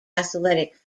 athletic